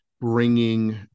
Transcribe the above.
bringing